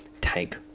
Take